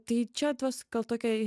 tai čia tuos gal tokia